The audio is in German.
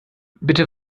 bitte